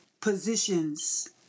positions